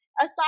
Aside